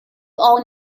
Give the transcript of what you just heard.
all